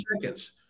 seconds